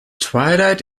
twilight